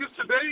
today